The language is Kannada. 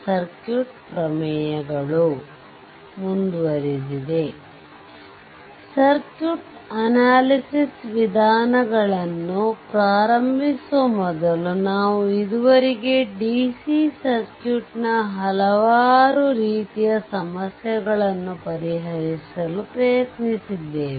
ಸರ್ಕ್ಯೂಟ್ ಅನಾಲಿಸಿಸ್ ವಿಧಾನಗಳನ್ನು ಪ್ರಾರಂಭಿಸುವ ಮೊದಲುನಾವು ಇದುವರೆಗೆ ಡಿಸಿ ಸರ್ಕ್ಯೂಟ್ನ ಹಲವಾರು ರೀತಿಯ ಸಮಸ್ಯೆಗಳನ್ನು ಪರಿಹಾರಿಸಲು ಪ್ರಯತ್ನಿಸುತ್ತಿದ್ದೇವೆ